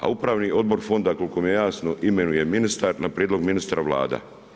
A upravni odbor fonda, koliko je jasno, imenuje ministar, na prijedlog ministra vlada.